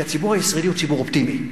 כי הציבור הישראלי הוא ציבור אופטימי.